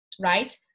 right